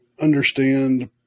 understand